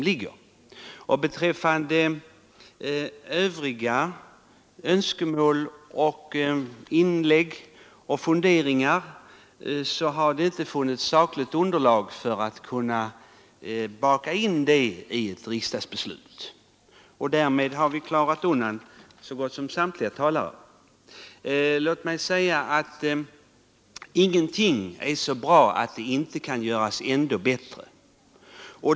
För övriga önskemål, inlägg och funderingar har det inte funnits sakligt underlag för att baka in dem i ett riksdagsbeslut. Därmed har jag klarat undan så gott som samtliga talare. Låt mig säga att ingenting är så bra att det inte kan göras ännu bättre.